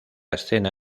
escena